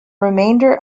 remainder